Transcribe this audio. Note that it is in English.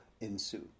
ensue